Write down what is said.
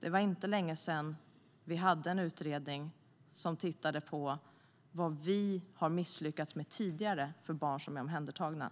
Det var inte länge sedan vi hade en utredning som tittade på vad vi har misslyckats med tidigare för barn som är omhändertagna.